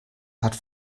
hat